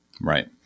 right